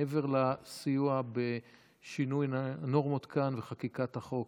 מעבר לסיוע בשינוי נורמות כאן וחקיקת החוק.